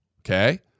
okay